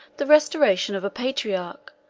the restoration of a patriarch,